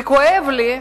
וכואב לי,